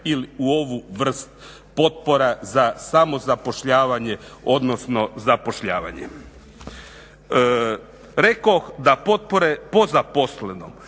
u ovu vrst potpora za samozapošljavanje, odnosno zapošljavanje. Rekoh da potpore po zaposlenom